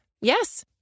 Yes